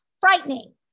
frightening